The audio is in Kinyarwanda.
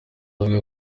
avuga